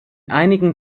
einigen